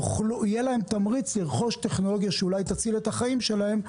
יהיה להם תמריץ לרכוש טכנולוגיה שאולי תציל את החיים שלהם,